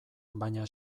baina